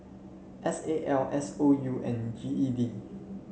S A L S O U and G E D